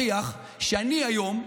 שמוכיח שאני היום,